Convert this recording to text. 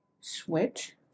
switch